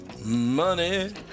money